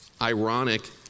ironic